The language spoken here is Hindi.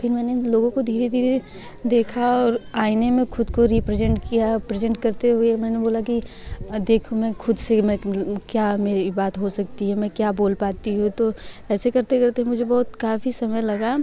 फिर मैंने लोगों को धीरे धीरे देखा और आईने में ख़ुद को रिप्रज़ेंट किया है प्रेज़ेंट करते हुए मैंने बोला कि देखो मैं ख़ुद से मैं क्या मेरी बात हो सकती है मैं क्या बोल पाती हूँ तो ऐसे करते करते मुझे बहुत काफ़ी समय लगा